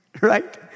right